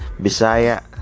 Bisaya